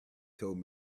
told